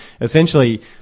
essentially